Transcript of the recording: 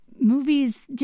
Movies